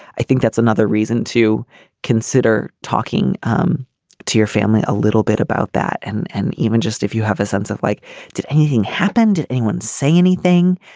i think that's another reason to consider talking um to your family a little bit about that and and even just if you have a sense of like did anything happen did anyone say anything.